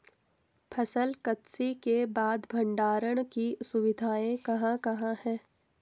फसल कत्सी के बाद भंडारण की सुविधाएं कहाँ कहाँ हैं?